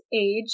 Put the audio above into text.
age